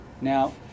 Now